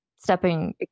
stepping